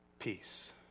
Peace